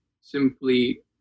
Simply